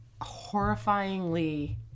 horrifyingly